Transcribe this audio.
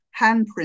handprint